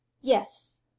yes